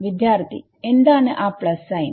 വിദ്യാർത്ഥി എന്താണ് ആ പ്ലസ് സൈൻ